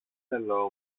θέλω